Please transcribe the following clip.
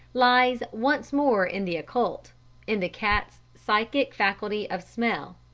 lies once more in the occult in the cat's psychic faculty of smell.